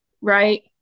right